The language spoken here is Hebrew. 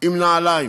עם נעליים